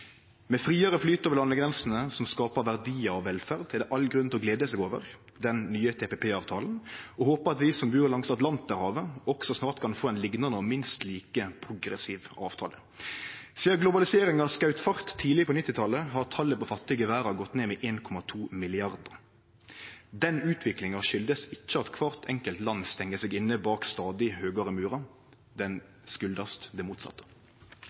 Med friare flyt over landegrensene, som skapar verdiar og velferd, er det all grunn til å glede seg over den nye TPP-avtalen og håpe at vi som bur langs Atlanterhavet, også snart kan få ein liknande og minst like progressiv avtale. Sidan globaliseringa skaut fart tidleg på 1990-talet, har talet på fattige i verda gått ned med 1,2 milliardar. Den utviklinga kjem ikkje av at kvart enkelt land stengjer seg inne bak stadig høgare murar, men av det motsette.